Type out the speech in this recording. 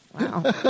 Wow